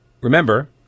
Remember